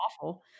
awful